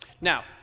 Now